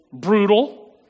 brutal